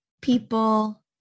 people